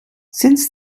since